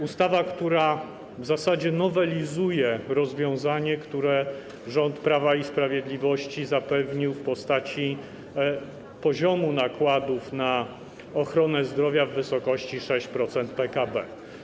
Ustawa, która w zasadzie nowelizuje rozwiązanie, które rząd Prawa i Sprawiedliwości zapewnił w postaci poziomu nakładów na ochronę zdrowia w wysokości 6% PKB.